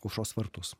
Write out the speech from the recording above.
aušros vartus